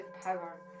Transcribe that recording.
power